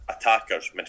attackers